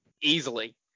Easily